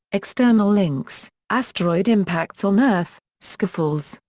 external links asteroid impacts on earth skyfalls,